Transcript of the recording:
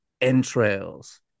entrails